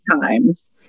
times